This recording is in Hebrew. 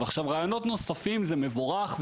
רעיונות נוספים זה מבורך.